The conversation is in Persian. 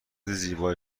زیبای